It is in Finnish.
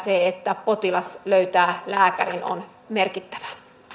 ja se että potilas löytää lääkärin on merkittävää